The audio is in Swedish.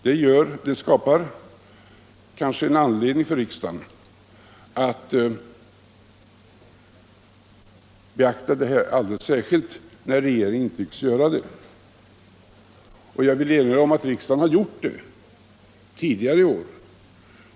Det ger riksdagen anledning att beakta detta alldeles särskilt när regeringen inte tycks göra det. Jag vill erinra om att riksdagen har gjort detta tidigare i år.